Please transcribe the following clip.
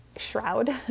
shroud